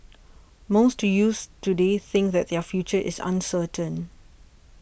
most to youths today think that their future is uncertain